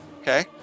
Okay